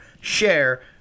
share